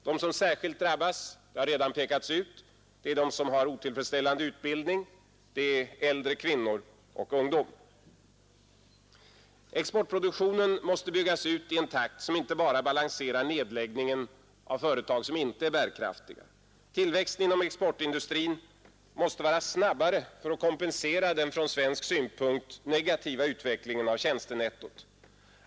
De som särskilt drabbas — det har redan påpekats — är de som har otillfredsställande utbildning, äldre kvinnor och ungdom. Exportproduktionen måste byggas ut i en takt som inte bara balanserar nedläggningen av företag som inte är bärkraftiga. Tillväxten inom exportindustrin måste vara snabbare för att kompensera den från svensk synpunkt negativa utvecklingen av tjänstenettot.